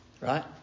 Right